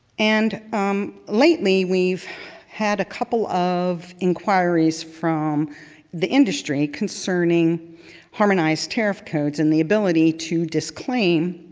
and um lately, we've had a couple of inquiries from the industry concerning harmonized tariff codes and the ability to disclaim